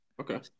okay